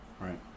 Right